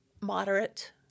moderate